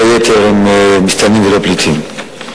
כל היתר הם מסתננים ולא פליטים.